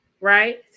right